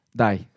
dai